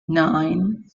nine